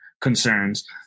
concerns